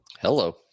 Hello